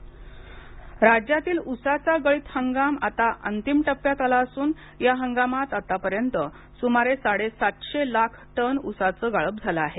उस गळीत हंगाम राज्यातील उसाचा गळीत हंगाम आता अंतिम टप्प्यात आला असून या हंगामात आत्तापर्यंत सुमारे साडेसातशे लाख टन उसाचं गाळप झालं आहे